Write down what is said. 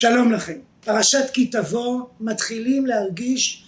שלום לכם. פרשת כי תבוא, מתחילים להרגיש...